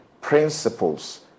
principles